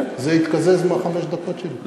זה יתקזז מהחמש דקות שלי?